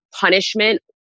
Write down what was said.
punishment